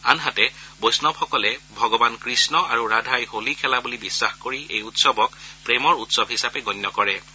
আনহাতে বৈষ্ণৱসকলে ভগৱান কৃষ্ণ আৰু ৰাধাই হোলী খেলা বুলি বিশ্বাস কৰি এই উৎসৱক প্ৰেমৰ উৎসৱ হিচাপে গণ্য কৰা হয়